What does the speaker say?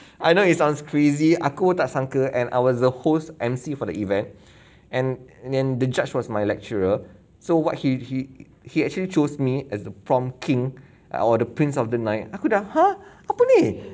I know it sounds crazy aku pun tak sangka and I was the host emcee for the event and and the judge was my lecturer so what he he he actually chose me as the prom king err or the prince of the night aku dah !huh! apa ni